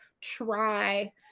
try